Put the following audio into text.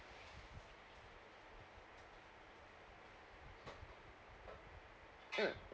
mm